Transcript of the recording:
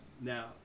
Now